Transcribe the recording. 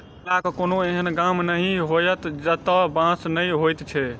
मिथिलाक कोनो एहन गाम नहि होयत जतय बाँस नै होयत छै